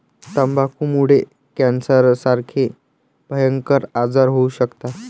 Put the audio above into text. तंबाखूमुळे कॅन्सरसारखे भयंकर आजार होऊ शकतात